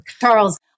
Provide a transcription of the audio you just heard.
Charles